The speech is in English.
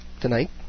tonight